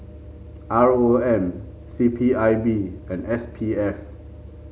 R O M C P I B and S P F